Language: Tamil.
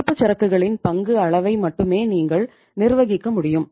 இருப்புச்சரக்குகளின் பங்கு அளவை மட்டுமே நீங்கள் நிர்வகிக்க முடியும்